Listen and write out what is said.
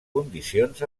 condicions